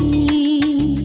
e